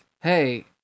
Hey